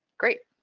great,